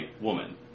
woman